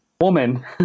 woman